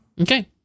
Okay